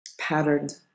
patterned